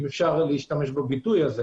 אם ניתן עוד להשתמש בביטוי הזה